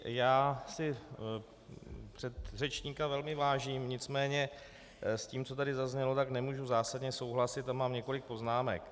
Já si předřečníka velmi vážím, nicméně s tím, co tady zaznělo, nemůžu zásadně souhlasit a mám několik poznámek.